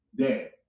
Dad